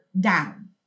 down